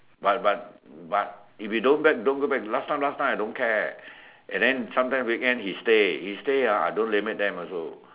but but but if you don't back don't go back the last last time I don't care and then sometimes weekend he stay he stay ah I don't limit them also